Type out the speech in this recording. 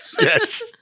Yes